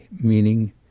meaning